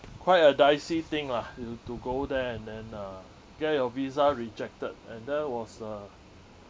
quite a dicey thing lah you have to go there and then uh get your visa rejected and that was uh